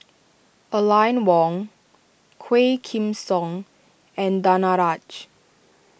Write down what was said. Aline Wong Quah Kim Song and Danaraj